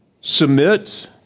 submit